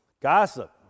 Gossip